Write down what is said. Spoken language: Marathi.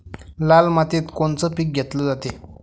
लाल मातीत कोनचं पीक घेतलं जाते?